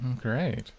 Great